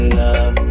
love